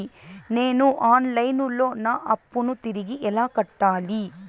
నేను online లో నా అప్పును తిరిగి ఎలా కట్టాలి?